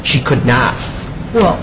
she could not well